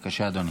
בבקשה, אדוני.